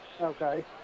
Okay